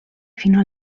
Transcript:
fino